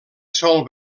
sol